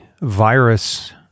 virus